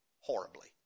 horribly